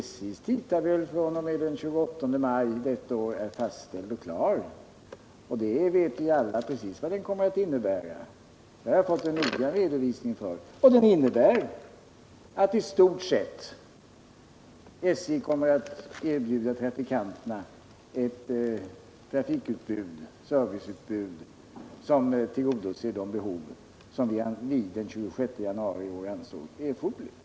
SJ:s tidtabell fr.o.m. den 28 maj detta år är redan fastställd och klar, och vi vet alla precis vad den kommer att innehålla — det har jag fått en noggrann redovisning av. Och den innebär i stort sett att SJ kommer att erbjuda trafikanterna ett serviceutbud som tillgodoser de behov som vi den 26 januari i år anser erforderligt.